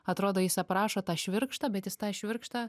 atrodo jis aprašo tą švirkštą bet jis tą švirkštą